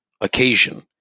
occasion